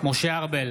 משה ארבל,